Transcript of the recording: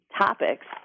topics